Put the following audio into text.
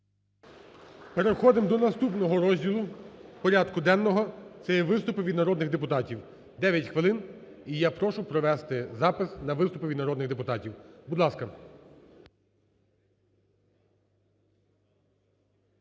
Переходимо до наступного розділу порядку денного. Це є виступи від народних депутатів, 9 хвилин. І я прошу провести запис на виступи від народних депутатів. Будь ласка.